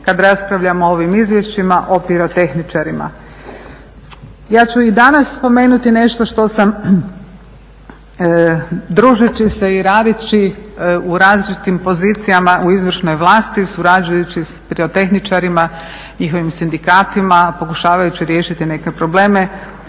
kada raspravljamo o ovim izvješćima o pirotehničarima. Ja ću i danas spomenuti nešto što sam družeći se i radeći u različitim pozicijama u izvršnoj vlasti surađujući sa pirotehničarima, njihovim sindikatima, pokušavajući riješiti neke probleme